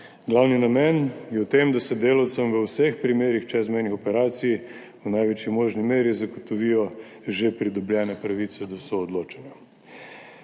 Glavni namen je ta, da se delavcem v vseh primerih čezmejnih operacij v največji možni meri zagotovijo že pridobljene pravice do soodločanja.